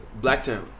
Blacktown